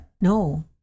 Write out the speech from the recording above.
No